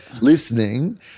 listening